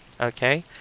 okay